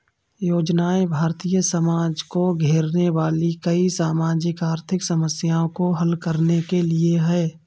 योजनाएं भारतीय समाज को घेरने वाली कई सामाजिक आर्थिक समस्याओं को हल करने के लिए है